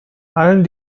allen